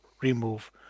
remove